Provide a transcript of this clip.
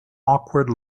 awkward